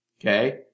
okay